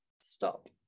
stop